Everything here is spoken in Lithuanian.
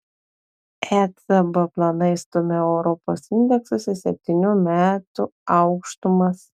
ecb planai stumia europos indeksus į septynių metų aukštumas